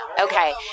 Okay